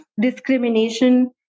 discrimination